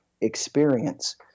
experience